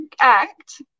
act